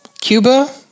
Cuba